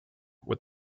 with